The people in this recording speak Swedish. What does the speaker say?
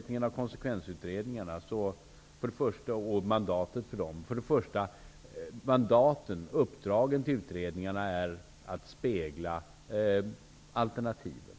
till konsekvensutredningarna och sammansättningarna och mandaten för dem. Uppdragen till utredningarna är att spegla alternativen.